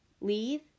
leave